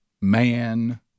Man